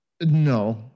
No